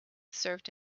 served